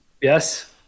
Yes